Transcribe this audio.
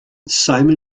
simon